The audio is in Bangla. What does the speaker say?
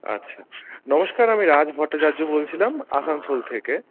আচ্ছা নমস্কার আমি রাজ ভট্টাচার্য বলছিলাম আসানসোল থেকে